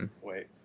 wait